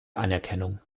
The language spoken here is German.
anerkennung